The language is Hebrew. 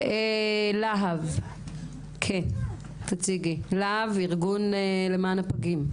בבקשה, "להב", ארגון למען הפגים.